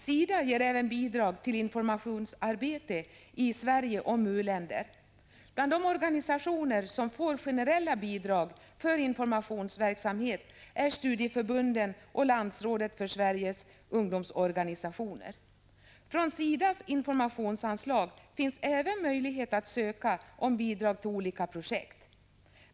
SIDA ger även bidrag till informationsarbete i Sverige om u-länder. Bland de organisationer som får generella bidrag för informationsverksamhet är studieförbunden och Landsrådet för Sveriges ungdomsorganisationer. Från SIDA:s informationsanslag finns även möjlighet att ansöka om bidrag till olika projekt.